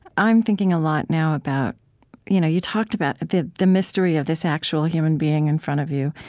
i'm thinking a lot now about you know you talked about the the mystery of this actual human being in front of you,